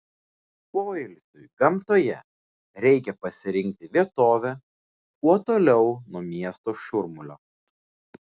poilsiui gamtoje reikia pasirinkti vietovę kuo toliau nuo miesto šurmulio